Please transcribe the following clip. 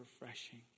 refreshing